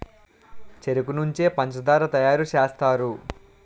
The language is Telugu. చెరుకు నుంచే పంచదార తయారు సేస్తారు